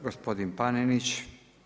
Gospodin Panenić.